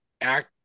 act